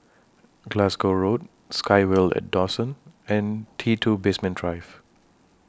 Glasgow Road SkyVille At Dawson and T two Basement Drive